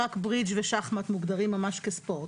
רק ברידג' ושחמט מוגדרים ממש כספורט.